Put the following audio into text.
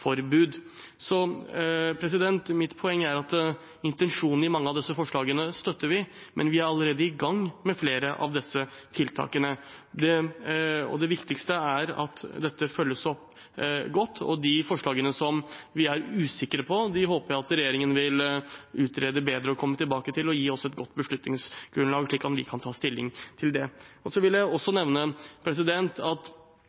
Mitt poeng er at intensjonen i mange av disse forslagene støtter vi, men vi er allerede i gang med flere av disse tiltakene. Det viktigste er at dette følges opp godt. De forslagene som vi er usikre på, håper jeg regjeringen vil utrede bedre og komme tilbake til oss med et godt beslutningsgrunnlag, slik at vi kan ta stilling til det. Jeg vil også